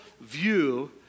view